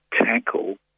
tackle